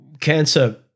cancer